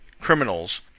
Criminals